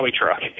truck